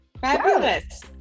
fabulous